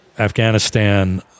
Afghanistan